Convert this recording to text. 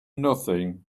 nothing